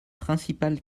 principales